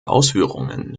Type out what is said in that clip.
ausführungen